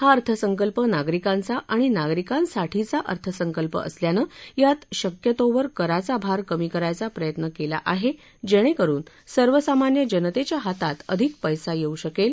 हा अर्थसंकल्प नागरिकांचा आणि नागरिकांसाठीचा अर्थसंकल्प असल्यानं यात शक्यतोवर कराचा भार कमी करायचा प्रयत्न केला आहे जेणे करून सर्वसामान्य जनतेच्या हातात अधिक पैसा येऊ शकेल